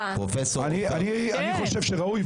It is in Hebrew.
אני חושב שראוי.